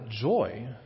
joy